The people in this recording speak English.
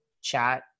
chat